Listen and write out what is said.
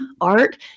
art